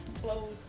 clothes